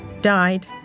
Died